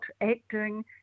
acting